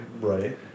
right